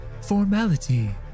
formality